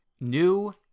new